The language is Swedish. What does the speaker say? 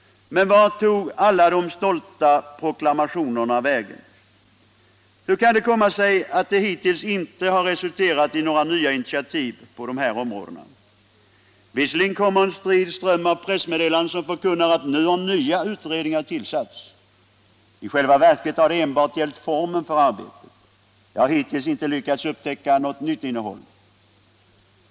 Men vart tog alla de stolta proklamationerna vägen? Hur kan det komma sig att de hittills inte har resulterat i några nya initiativ på de här områdena? Visserligen kommer en strid ström av pressmeddelanden som förkunnar att nu har nya utredningar tillsatts. I själva verket har det enbart gällt formen för arbetet. Jag har hittills inte lyckats upptäcka något nytt innehåll.